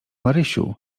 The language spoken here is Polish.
marysiu